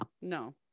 no